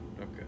Okay